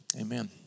Amen